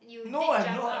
no I'm not